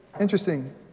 Interesting